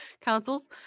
councils